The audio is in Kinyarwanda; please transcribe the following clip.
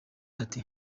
ati